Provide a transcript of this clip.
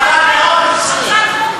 ועדה מאוד רצינית,